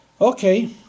Okay